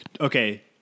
Okay